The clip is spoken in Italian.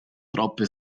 troppe